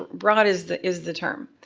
broad is the is the term.